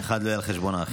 שהאחד לא יהיה על חשבון האחר.